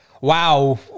Wow